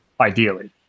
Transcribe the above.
ideally